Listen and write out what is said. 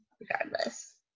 Regardless